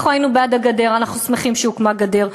אנחנו היינו בעד הגדר, אנחנו שמחים שהוקמה גדר.